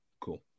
cool